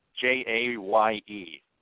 J-A-Y-E